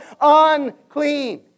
Unclean